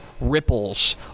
ripples